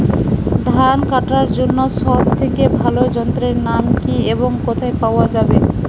ধান কাটার জন্য সব থেকে ভালো যন্ত্রের নাম কি এবং কোথায় পাওয়া যাবে?